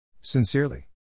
Sincerely